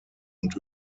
und